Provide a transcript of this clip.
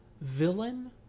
villain